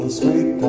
sweet